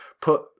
put